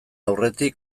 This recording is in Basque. aurretik